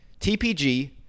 TPG